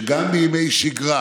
שגם בימי שגרה